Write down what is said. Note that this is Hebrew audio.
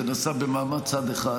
זה נעשה במעמד צד אחד,